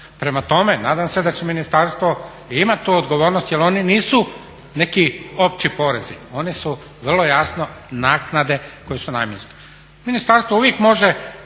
Prema tome nadam se da će ministarstvo i imati tu odgovornost jel oni nisu neki opći porezi, oni su vrlo jasno naknade koje su namjenske.